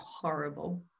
horrible